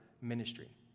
ministry